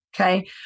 okay